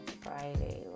Friday